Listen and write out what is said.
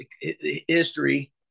history